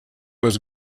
was